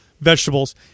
vegetables